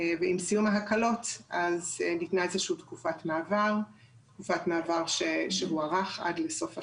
ועם סיום ההקלות ניתנה איזושהי תקופת מעבר שהוארכה עד לסוף השנה,